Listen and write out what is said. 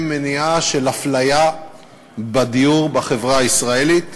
מניעה של אפליה בדיור בחברה הישראלית.